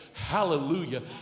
Hallelujah